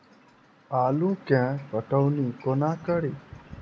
आलु केँ पटौनी कोना कड़ी?